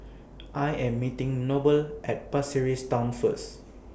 I Am meeting Noble At Pasir Ris Town First